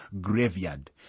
graveyard